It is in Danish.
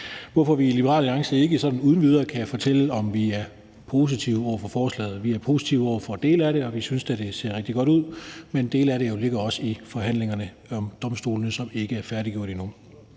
hvorfor vi i Liberal Alliance ikke sådan uden videre kan fortælle, om vi er positive over for forslaget. Vi er positive over for dele af det, og vi synes da, at det ser rigtig godt ud, men dele af det ligger i forhandlingerne om domstolene, som ikke er færdige endnu.